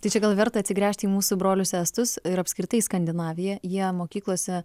tai čia gal verta atsigręžti į mūsų brolius estus ir apskritai skandinavija jie mokyklose